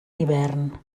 hivern